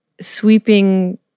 sweeping